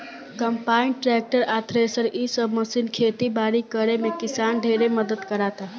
combine, tractor आ thresher इ सब मशीन खेती बारी करे में किसान ढेरे मदद कराता